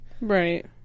Right